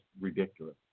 ridiculous